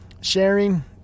sharing